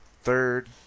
Third